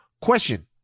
question